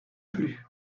plus